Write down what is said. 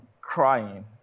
crying